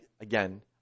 again